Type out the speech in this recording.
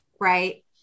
right